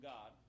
God